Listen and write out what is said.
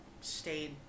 stayed